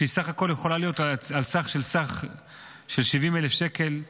שיכולה להיות על סך של 70,000 שקל,